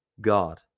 God